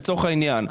לצורך העניין,